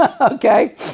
okay